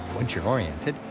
once you're oriented,